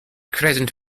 crescent